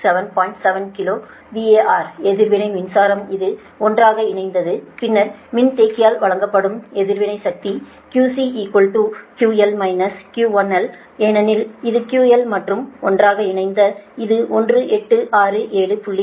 7 kilo VAR எதிர்வினை மின்சாரம் இது ஒன்றாக இணைந்தது பின்னர் மின்தேக்கியால் வழங்கப்படும் எதிர்வினை சக்தி QC QL QL1 ஏனெனில் இது QL மற்றும் ஒன்றாக இணைந்த இது 1867